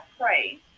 pray